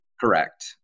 Correct